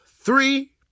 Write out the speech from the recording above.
three